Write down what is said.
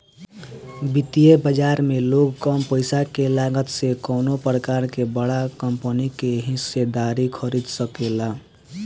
वित्तीय बाजार में लोग कम पईसा के लागत से कवनो प्रकार के बड़ा कंपनी के हिस्सेदारी खरीद सकेला